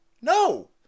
No